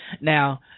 now